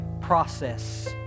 process